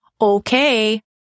Okay